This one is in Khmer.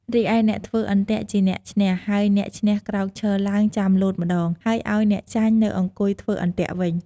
រីឯអ្នកធ្វើអន្ទាក់ជាអ្នកឈ្នះ ហើយអ្នកឈ្នះក្រោកឈរឡើងចាំលោតម្ដង ហើយឲ្យអ្នកចាញ់ទៅអង្គុយធ្វើអន្ទាក់វិញ។